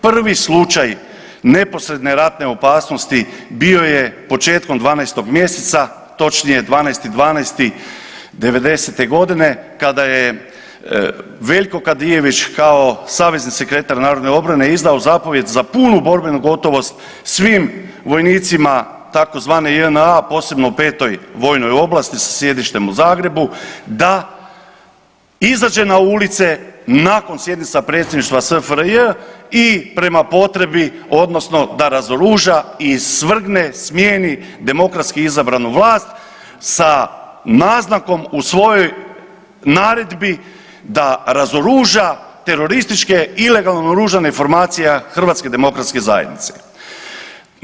Prvi slučaj neposredne ratne opasnosti bio je početkom 12. mjeseca točnije 12.12.'90.-te godine kada je Veljko Kadijević kao savezni sekretar narodne obrane izdao zapovijed za punu borbenu gotovost svim vojnicima tzv. JNA posebno u 5. vojnoj oblasti sa sjedištem u Zagrebu da izađe na ulice nakon sjednica predsjedništva SFRJ i prema potrebi odnosno da razoruža i svrgne, smijeni demokratski izabranu vlast sa naznakom u svojoj naredbi da razoruža terorističke ilegalno naoružane formacije HDZ-a.